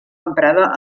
emprada